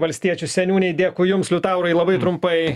valstiečių seniūnei dėkui jums liutaurai labai trumpai